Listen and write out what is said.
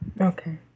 Okay